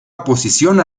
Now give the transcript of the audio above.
oposición